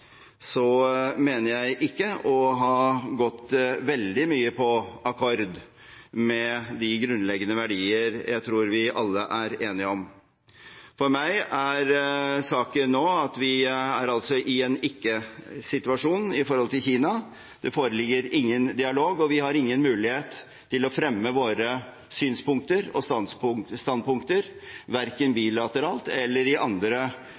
mener jeg ikke å ha gått veldig mye på akkord med de grunnleggende verdier jeg tror vi alle er enige om. For meg er saken nå den at vi er i en ikke-situasjon når det gjelder Kina. Det foreligger ingen dialog, og vi har ingen mulighet til å fremme våre synspunkter og standpunkter, verken bilateralt eller i andre